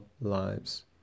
lives